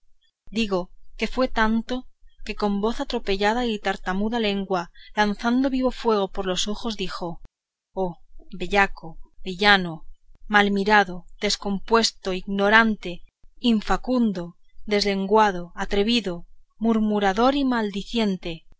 digo que fue tanto que con voz atropellada y tartamuda lengua lanzando vivo fuego por los ojos dijo oh bellaco villano mal mirado descompuesto ignorante infacundo deslenguado atrevido murmurador y maldiciente